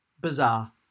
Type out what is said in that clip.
Bizarre